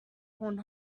horn